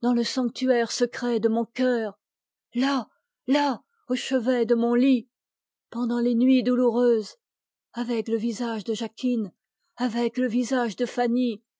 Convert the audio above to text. dans le sanctuaire secret de mon cœur là là au chevet de mon lit pendant les nuits douloureuses avec le visage de jacquine avec le visage de fanny